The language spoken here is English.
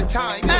time